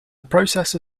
processor